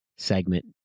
Segment